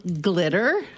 Glitter